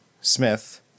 Smith